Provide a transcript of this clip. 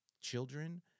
children